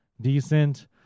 decent